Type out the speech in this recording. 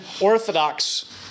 Orthodox